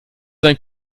sein